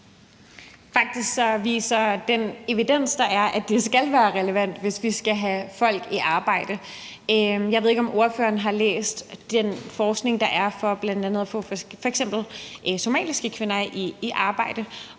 Faktisk viser den evidens, der er, at det skal være relevant, hvis vi skal have folk i arbejde. Jeg ved ikke, om ordføreren har læst den forskning, der er, om at få f.eks. somaliske kvinder i arbejde,